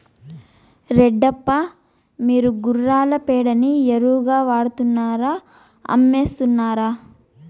రెడ్డప్ప, మీరు గుర్రాల పేడని ఎరువుగా వాడుతున్నారా అమ్మేస్తున్నారా